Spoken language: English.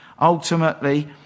Ultimately